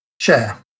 share